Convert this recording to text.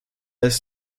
ist